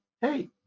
hey